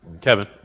Kevin